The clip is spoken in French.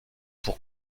pour